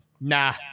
nah